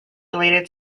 related